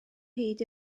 hyd